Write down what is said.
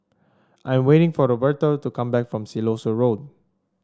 I'm waiting for Roberto to come back from Siloso Road